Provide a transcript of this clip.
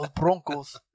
Broncos